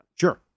sure